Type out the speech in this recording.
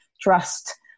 trust